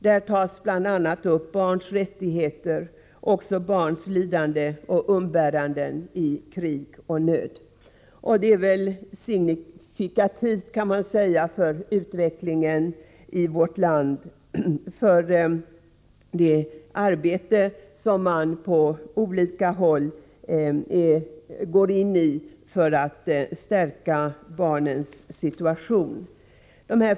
Där tas bl.a. upp barns rättigheter och också barns lidanden och umbäranden i krig och nöd. Det är signifikativt att många organisationer i vårt land går in i ett arbete för att förbättra barnens situation.